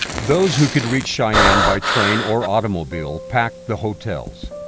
those who could reach cheyenne by train or automobile packed the hotels.